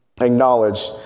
acknowledge